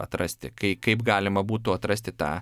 atrasti kai kaip galima būtų atrasti tą